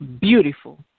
beautiful